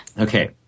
Okay